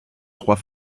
trois